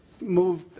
move